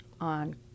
on